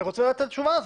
אני רוצה את התשובה הזאת,